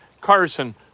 Carson